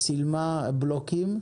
היא צילמה בלוקים,